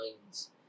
minds